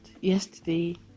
yesterday